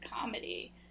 comedy